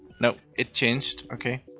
no, it changed, okay.